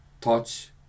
touch